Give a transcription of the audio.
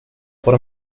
por